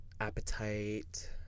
appetite